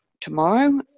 tomorrow